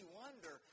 wonder